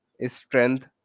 strength